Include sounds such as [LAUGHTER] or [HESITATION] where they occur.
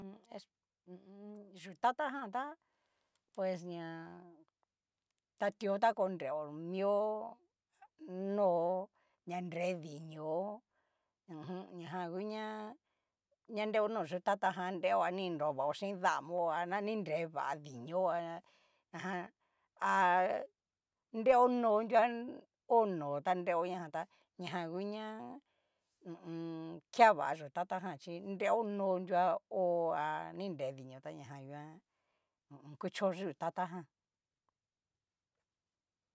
[HESITATION] espe yú tatajan tá pues ña. tatio ta konreo, mio no'o, ña nre dinio hu u un. ña jan huña, ña nreo nó yutata jan, nreo a ni kinro vao chín damo ha ni nre va dinio, a ajan a nreo noó nrua ho no'o ta nreoña jan tá, ñajan huña. hu u un. kea va yutata jan chí nreo nó'o nrua hó a ni nre dinio tañajan nguan ho o on. kucho yú tatajan.